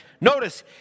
Notice